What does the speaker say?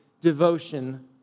devotion